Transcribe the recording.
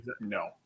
no